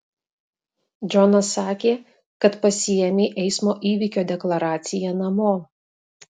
džonas sakė kad pasiėmei eismo įvykio deklaraciją namo